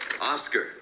Oscar